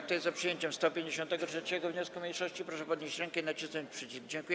Kto jest za przyjęciem 153. wniosku mniejszości, proszę podnieść rękę i nacisnąć przycisk.